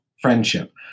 friendship